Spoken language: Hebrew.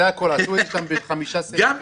זה הכול --- לא רק זה,